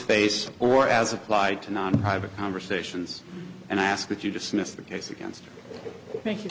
face or as applied to non private conversations and i ask that you dismiss the case against thank you